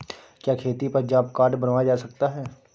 क्या खेती पर जॉब कार्ड बनवाया जा सकता है?